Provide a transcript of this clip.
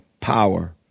power